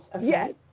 Yes